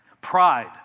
pride